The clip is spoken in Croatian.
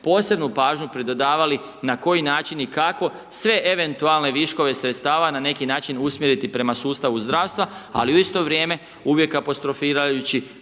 posebnu pažnju pridodavali na koji način i kako sve eventualne viškove sredstava na neki način usmjeriti prema sustavu zdravstva, ali u isto vrijeme uvijek apostrofirajući